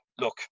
look